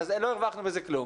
לא הרווחנו בזה כלום.